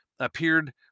Appeared